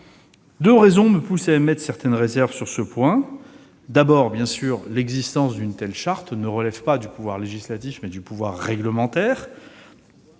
Deux raisons me poussent à émettre certaines réserves sur ce point. D'abord, l'existence d'une telle charte relève non pas du pouvoir législatif, mais du pouvoir réglementaire.